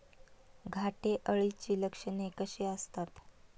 घाटे अळीची लक्षणे कशी असतात?